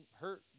hurt